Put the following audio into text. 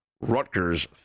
Rutgers